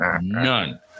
None